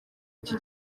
iki